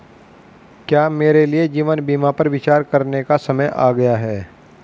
क्या मेरे लिए जीवन बीमा पर विचार करने का समय आ गया है?